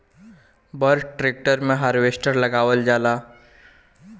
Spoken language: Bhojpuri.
बड़ ट्रेक्टर मे हार्वेस्टर लगावल जाला